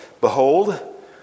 Behold